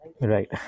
Right